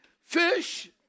fish